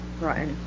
right